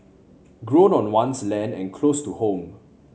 grown on one's land and close to home